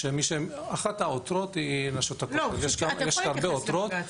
אחת העותרות היא מנשות הכותל, יש הרבה עותרות.